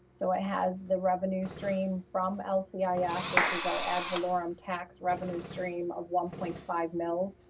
so it has the revenue stream from lcif, ah which is our ad valorem tax revenue stream of one point five mills,